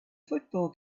football